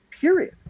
period